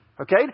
Okay